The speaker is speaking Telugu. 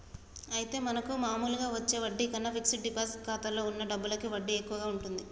అయితే మనకు మామూలుగా వచ్చే వడ్డీ కన్నా ఫిక్స్ డిపాజిట్ ఖాతాలో ఉన్న డబ్బులకి వడ్డీ ఎక్కువగా ఉంటుంది